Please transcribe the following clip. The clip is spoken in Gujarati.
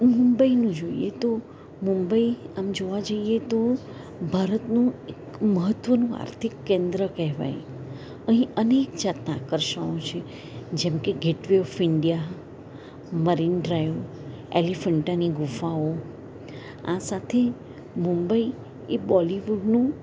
મુંબઈનું જોઇએ તો મુંબઈ આમ જોવા જઇએ તો ભારતનું એક મહત્વનું આર્થિક કેન્દ્ર કહેવાય અહીં અનેક જાતના આકર્ષણ છે જેમકે gateway of India Marine Drive એલિફન્ટાની ગુફાઓ આ સાથે મુંબઈ એ બોલિવૂડનું